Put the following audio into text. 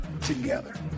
together